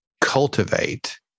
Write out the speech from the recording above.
cultivate